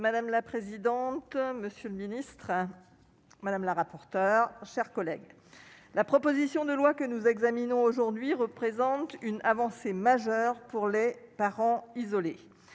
Madame la présidente, monsieur le ministre madame la rapporteure, chers collègues, la proposition de loi que nous examinons aujourd'hui représente une avancée majeure pour les parents isolés,